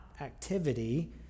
activity